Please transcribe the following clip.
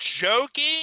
joking